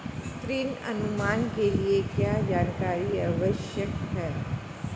ऋण अनुमान के लिए क्या जानकारी आवश्यक है?